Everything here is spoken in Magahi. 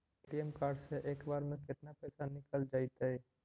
ए.टी.एम कार्ड से एक बार में केतना पैसा निकल जइतै?